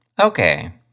Okay